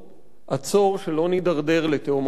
עצור, שלא נידרדר לתהומות אפלים.